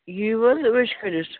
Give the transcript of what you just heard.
یِیِو حظ عٲش کٔرِتھ